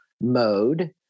mode